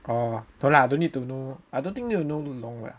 oh don't lah don't need to know I don't think need to know too long lah